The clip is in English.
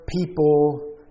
people